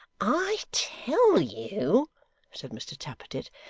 i tell you said mr tappertit,